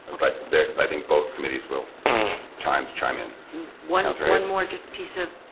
but i think both committees will chimes chime in what else more just pieceof?